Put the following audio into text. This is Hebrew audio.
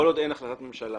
כל עוד אין החלטת הממשלה